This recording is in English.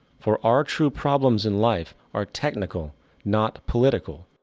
for our true problems in life are technical not political.